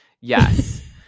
Yes